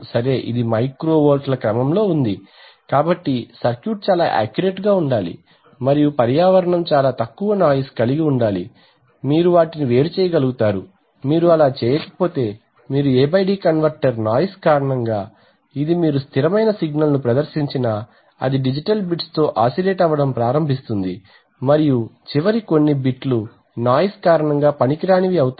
సరే ఇది మైక్రో వోల్ట్ల క్రమం లో ఉంటుంది కాబట్టి సర్క్యూట్ చాలాయాక్యురేట్ గా ఉండాలి మరియు పర్యావరణం చాలా తక్కువ నాయిస్ కలిగి ఉండాలి మీరు వాటిని వేరు చేయగలుగుతారు మీరు అలా చేయకపోతే మీరు A D కన్వర్టర్ నాయిస్ కారణంగా ఇది మీరు స్థిరమైన సిగ్నల్ను ప్రదర్శించినా అది డిజిటల్ బిట్స్ తో ఆశిలేట్ అవ్వటం ప్రారంభిస్తుంది మరియు చివరి కొన్ని బిట్లు నాయిస్ కారణంగా పనికిరానివి అవుతాయి